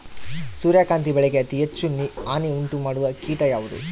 ಸೂರ್ಯಕಾಂತಿ ಬೆಳೆಗೆ ಅತೇ ಹೆಚ್ಚು ಹಾನಿ ಉಂಟು ಮಾಡುವ ಕೇಟ ಯಾವುದು?